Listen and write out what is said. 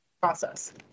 process